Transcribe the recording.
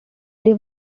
they